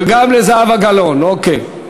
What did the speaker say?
וגם לזהבה גלאון, אוקיי.